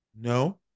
No